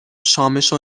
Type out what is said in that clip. شامشو